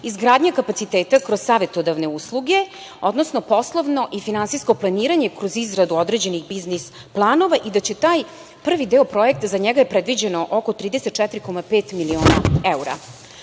izgradnja kapaciteta kroz savetodavne usluge, odnosno poslovno i finansijsko planiranje kroz izradu određenih biznis planova i da će taj prvi deo projekta, za njega predviđen oko 34,5 miliona evra.